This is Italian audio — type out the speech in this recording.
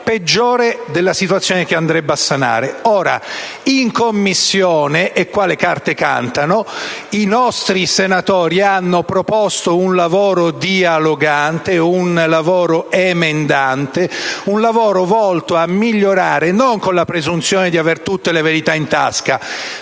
peggiore della situazione che andrebbe a sanare. In Commissione - e qua le carte cantano - i nostri senatori hanno proposto un lavoro dialogante, un lavoro emendante, un lavoro volto a migliorare, non con la presunzione di avere tutte le verità in tasca,